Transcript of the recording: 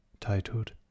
titled